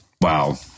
Wow